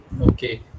okay